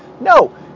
No